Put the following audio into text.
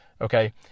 Okay